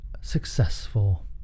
successful